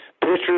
Pitchers